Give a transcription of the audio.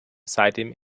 seitdem